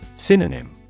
Synonym